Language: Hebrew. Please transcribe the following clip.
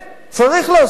צריך לעשות את זה.